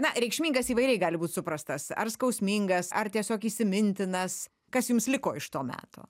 na reikšmingas įvairiai gali būt suprastas ar skausmingas ar tiesiog įsimintinas kas jums liko iš to meto